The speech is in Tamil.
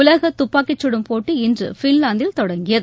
உலக துப்பாக்கிச் சுடும் போட்டி இன்று பின்லாந்தில் தொடங்கியது